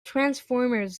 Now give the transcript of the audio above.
transformers